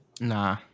Nah